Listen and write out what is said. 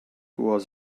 was